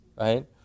right